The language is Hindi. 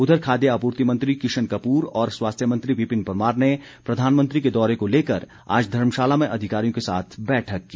उधर खाद्य आपूर्ति मंत्री किशन कपूर और स्वास्थ्य मंत्री विपिन परमार ने प्रधानमंत्री के दौरे को लेकर आज धर्मशाला में अधिकारियों के साथ बैठक की